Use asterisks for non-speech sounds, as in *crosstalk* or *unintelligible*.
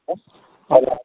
*unintelligible*